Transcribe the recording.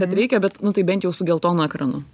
kad reikia bet tai bent jau su geltonu ekranu